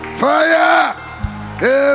fire